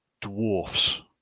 dwarfs